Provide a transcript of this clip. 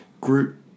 group